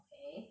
okay